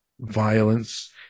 violence